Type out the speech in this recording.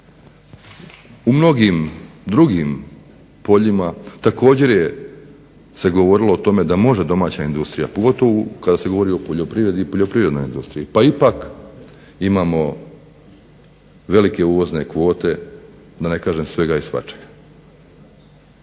U mnogim drugim poljima također se govorilo o tome da može domaća industrija, pogotovo kada se govori o poljoprivredi i poljoprivrednoj industriji, pa ipak imamo velike uvozne kvote da ne kažem svega i svačega.